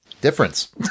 difference